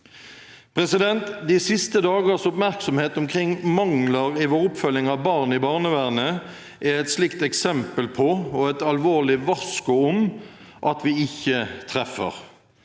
hverdagen. De siste dagers oppmerksomhet omkring mangler i vår oppfølging av barn i barnevernet er et slikt eksempel på, og et alvorlig varsko om, at vi ikke treffer.